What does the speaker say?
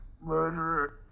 murderer